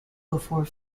before